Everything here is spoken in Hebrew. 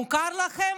מוכר לכם?